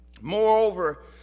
Moreover